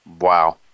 wow